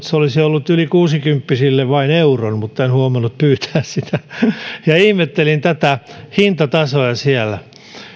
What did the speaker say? se olisi ollut yli kuusikymppisille vain euron mutta en huomannut pyytää sitä ihmettelin tuota hintatasoa siellä